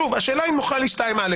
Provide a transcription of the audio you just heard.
שוב שאלה אם הוא חל על 2 (א),